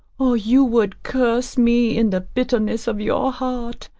or you would curse me in the bitterness of your heart.